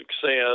success